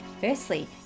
Firstly